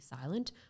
silent